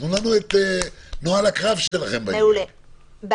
תנו לנו את נוהל הקרב שלכם בעניין הזה.